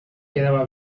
quedaba